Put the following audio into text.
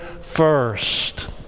first